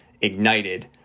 ignited